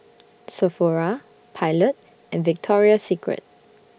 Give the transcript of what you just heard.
Sephora Pilot and Victoria Secret